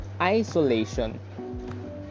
isolation